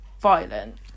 violent